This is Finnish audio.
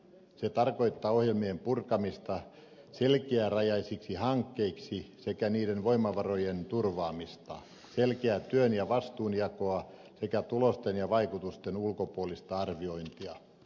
se tarkoittaa ohjelmien purkamista selkeärajaisiksi hankkeiksi sekä niiden voimavarojen turvaamista selkeää työn ja vastuunjakoa sekä tulosten ja vaikutusten ulkopuolista arviointia